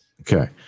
Okay